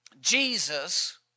Jesus